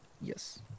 Yes